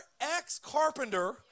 ex-carpenter